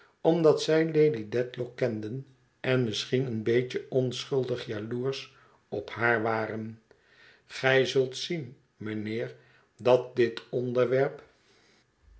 omdat zij lady dedlock kenden en misschien een beetje onschuldig jaloersch op haar waren gij zult zien mijnheer dat dit onderwerp